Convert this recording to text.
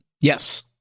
Yes